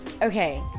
Okay